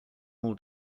all